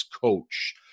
coach